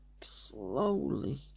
slowly